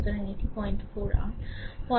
সুতরাং এটি 04 r 04 ix